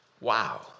Wow